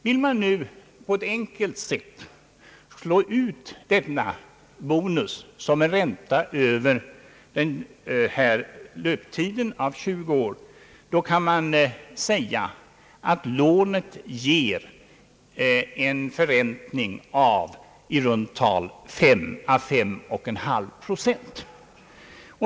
Vill man på ett enkelt sätt slå ut denna bonus som en ränta över löptiden av 20 år, kan man säga att lånet ger en förräntning av i runt tal 5 å 51/2 procent.